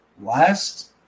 last